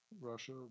Russia